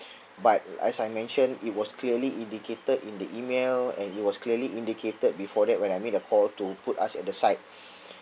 but as I mentioned it was clearly indicated in the email and it was clearly indicated before that when I made a call to put us at the side